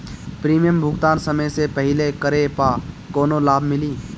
Premium भुगतान समय से पहिले करे पर कौनो लाभ मिली?